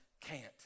can't